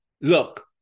Look